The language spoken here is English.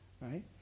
right